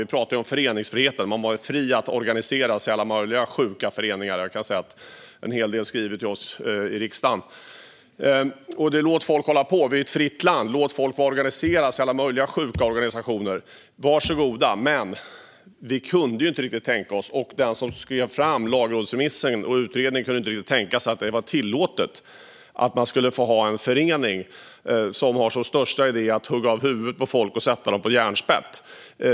Vi pratar ju om föreningsfriheten, att man är fri att organisera sig i alla möjliga sjuka föreningar - en hel del skriver till oss i riksdagen, kan jag säga. Låt folk hålla på! Vi är ett fritt land. Låt folk få organisera sig i alla möjliga sjuka organisationer, var så goda! Men vi kunde ju inte riktigt tänka oss, inte heller den som skrev utredningen och lagrådsremissen, att det skulle vara tillåtet att ha en förening som har som största idé att hugga huvudet av folk och sätta dem på järnspett.